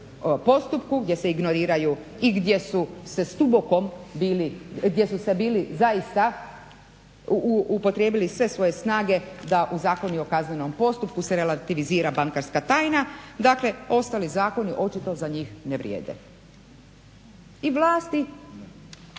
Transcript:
postupku gdje se ignoriranju i gdje su se stubokom bili gdje su se bili zaista upotrijebili sve svoje snage da u Zakonu o kaznenom postupku se relativizira bankarska tajna, dakle ostali zakoni očito za njih ne vrijede. I vlast